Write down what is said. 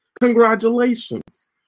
Congratulations